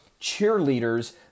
cheerleaders